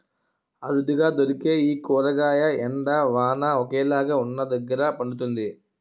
అరుదుగా దొరికే ఈ కూరగాయ ఎండ, వాన ఒకేలాగా వున్నదగ్గర పండుతుంది